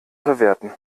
verwerten